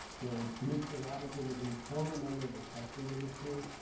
chairman. commissioner robinson is a former member of the testing industry.